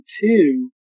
two